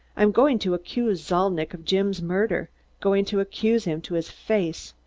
i'm going to accuse zalnitch of jim's murder going to accuse him to his face.